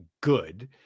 good